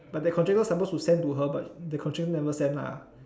but the contractor supposed to send to her but the contractor never send lah